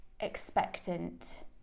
Expectant